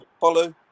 follow